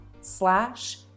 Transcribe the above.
slash